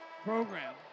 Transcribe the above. Program